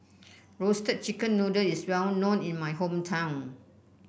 Roasted Chicken Noodle is well known in my hometown